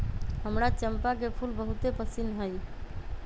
हमरा चंपा के फूल बहुते पसिन्न हइ